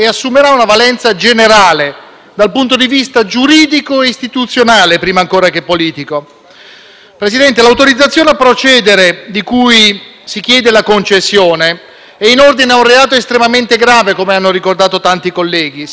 Presidente, l'autorizzazione a procedere di cui si chiede la concessione è in ordine ad un reato estremamente grave, come hanno ricordato tanti colleghi: sequestro di persona aggravato, previsto e punito dall'articolo 605 del codice penale.